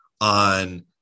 on